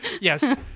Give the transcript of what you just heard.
yes